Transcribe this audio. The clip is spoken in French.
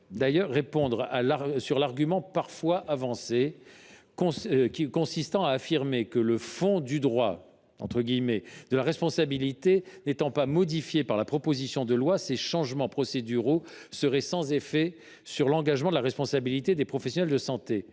ailleurs répondre à l’argument parfois avancé consistant à affirmer que, le « fond du droit » de la responsabilité n’étant pas modifié par la proposition de loi, ces changements procéduraux seraient sans effet sur l’engagement de la responsabilité des professionnels de santé.